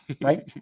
Right